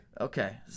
Okay